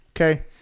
Okay